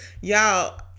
y'all